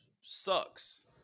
sucks